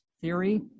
theory